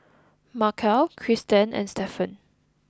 Markell Cristen and Stefan